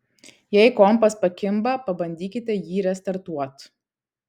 jei kompas pakimba pabandykite jį restartuot